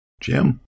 Jim